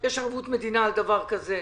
יש ערבות מדינה על דבר כזה.